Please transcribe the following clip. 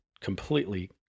completely